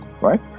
Right